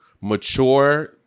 mature